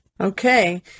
Okay